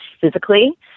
physically